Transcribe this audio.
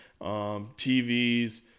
tvs